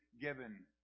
given